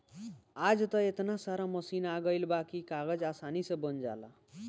आज त एतना सारा मशीन आ गइल बा की कागज आसानी से बन जाला